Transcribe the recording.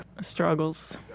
struggles